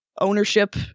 Ownership